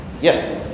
Yes